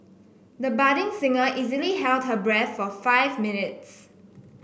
the budding singer easily held her breath for five minutes